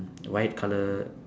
white colour